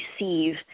receive